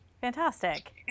Fantastic